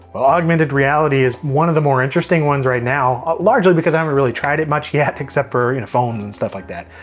well, augmented reality is one of the more interesting ones right now, ah largely because i haven't really tried it much yet, except for you know phones and stuff like that.